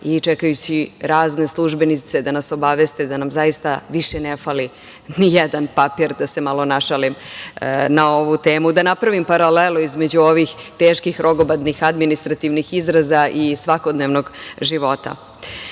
i čekajući razne službenice da nas obaveste da nam zaista više ne fali nijedan papir, da se malo našalim na ovu temu. Da napravim paralelu između ovih teških, rogobatnih administrativnih izraza i svakodnevnog života. Tome